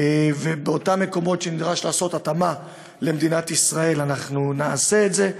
ובאותם מקומות שנדרש לעשות התאמה למדינת ישראל אנחנו נעשה את זה,